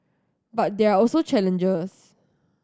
but there are also challenges